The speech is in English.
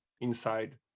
inside